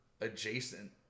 adjacent